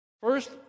First